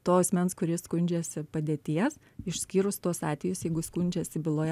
to asmens kuris skundžiasi padėties išskyrus tuos atvejus jeigu skundžiasi byloje